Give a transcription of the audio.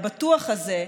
הבטוח הזה,